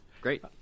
great